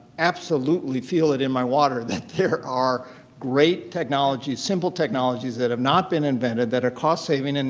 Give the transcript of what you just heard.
absolutely feel it in my water that there are great technologies-simple technologies-that have not been invented, that are cost saving. and